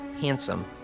handsome